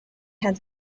had